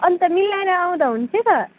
अन्त मिलाएर आउँदा हुन्थ्यो त